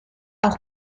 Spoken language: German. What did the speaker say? auch